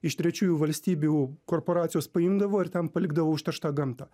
iš trečiųjų valstybių korporacijos paimdavo ir ten palikdavo užterštą gamtą